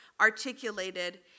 articulated